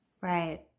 right